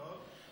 הבנתי.